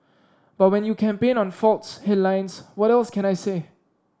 but when you campaign on faults headlines what else can I say